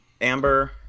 amber